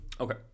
Okay